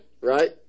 right